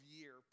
year